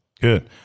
Good